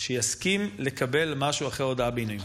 שיסכים לקבל משהו אחרי הודאה בעינויים.